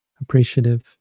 appreciative